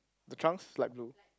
the trunks light blue